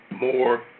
more